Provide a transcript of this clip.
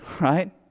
Right